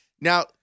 Now